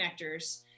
connectors